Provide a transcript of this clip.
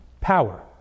power